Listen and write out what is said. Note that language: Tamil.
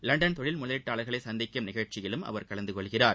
லண்டன் தொழில் முதலீட்டாளர்களை சந்திக்கும் நிகழ்ச்சியிலும் அவர் கலந்து கொள்கிறார்